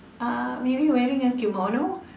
uh maybe wearing a kimono